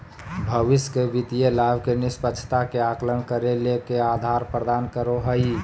भविष्य के वित्तीय लाभ के निष्पक्षता के आकलन करे ले के आधार प्रदान करो हइ?